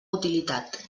utilitat